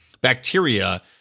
bacteria